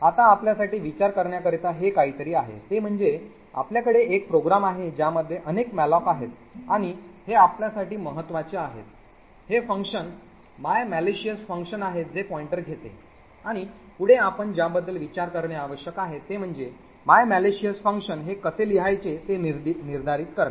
आता आपल्यासाठी विचार करण्याकरिता हे काहीतरी आहे ते म्हणजे आपल्याकडे एक प्रोग्राम आहे ज्यामध्ये अनेक malloc आहेत आणि हे आपल्यासाठी महत्वाचे आहेत हे फंक्शन my malicious function आहे जे पॉईंटर घेते आणि पुढे आपण ज्याबद्दल विचार करणे आवश्यक आहे ते म्हणजे my malicious function हे कसे लिहायचे ते निर्धारित करणे